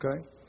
okay